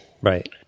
Right